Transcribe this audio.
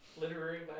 Literary